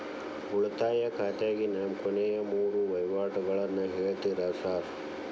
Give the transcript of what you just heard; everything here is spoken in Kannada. ಉಳಿತಾಯ ಖಾತ್ಯಾಗಿನ ಕೊನೆಯ ಮೂರು ವಹಿವಾಟುಗಳನ್ನ ಹೇಳ್ತೇರ ಸಾರ್?